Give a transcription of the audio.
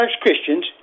Christians